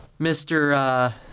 Mr